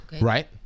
Right